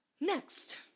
Next